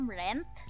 rent